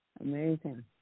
Amazing